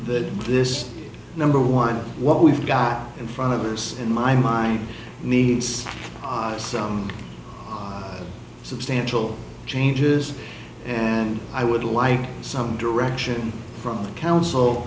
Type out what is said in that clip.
that this is number one what we've got in front of us in my mind needs some substantial changes and i would like some direction from the council